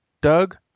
Doug